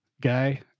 guy